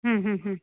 हम्म हम्म हम्म